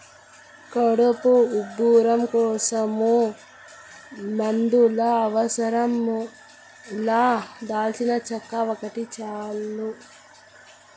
కడుపు ఉబ్బరం కోసం మందుల అవసరం లా దాల్చినచెక్క ఒకటి చాలు